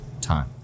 time